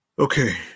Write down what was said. Okay